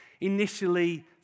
initially